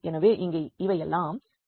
எனவே இங்கே இவையெல்லாம் ரியல் எண்கள் ஆகும்